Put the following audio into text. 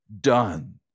done